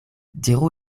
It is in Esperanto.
diru